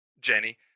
Jenny